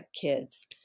kids